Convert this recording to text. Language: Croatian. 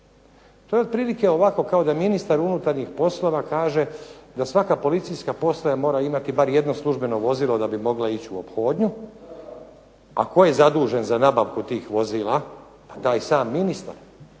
To je otprilike ovako, kao da ministar unutarnjih poslova kaže da svaka policijska postaja mora imati bar jedno službeno vozilo da bi mogla ići u ophodnju. A tko je zadužen za nabavku tih vozila, taj sam ministar.